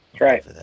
right